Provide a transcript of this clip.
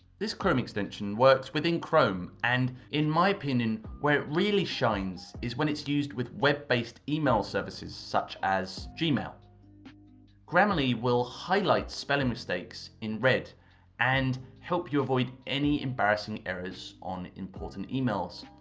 this chrome extension works with chrome and in my opinion where it really shines is when it used with web-based email services such as gmail. grammarly will highlight spelling mistakes in red and help you avoid any embarrassing errors on important emails.